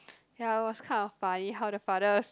ya it was kind of funny how the father